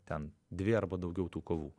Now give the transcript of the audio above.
ten dvi arba daugiau tų kovų